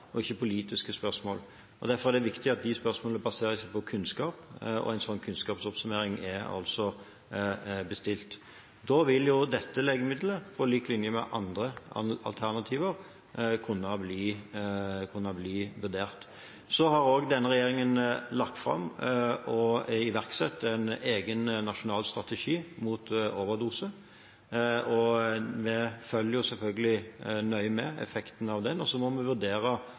og ikke politiske spørsmål. Derfor er det viktig at de spørsmålene baserer seg på kunnskap, og en slik kunnskapsoppsummering er bestilt. Da vil dette legemiddelet, på lik linje med andre alternativer, kunne bli vurdert. Denne regjeringen har lagt fram og iverksatt en egen nasjonal strategi mot overdoser, og vi følger selvfølgelig nøye med på effekten av den. Og så må vi vurdere